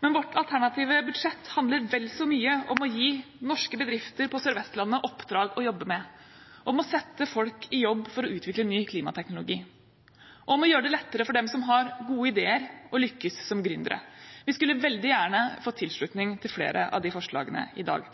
Men vårt alternative budsjett handler vel så mye om å gi norske bedrifter på Sør-Vestlandet oppdrag å jobbe med, om å sette folk i jobb for å utvikle ny klimateknologi, om å gjøre det lettere for dem som har gode ideer, å lykkes som gründere. Vi skulle veldig gjerne fått tilslutning til flere av de forslagene i dag.